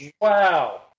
Wow